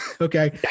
Okay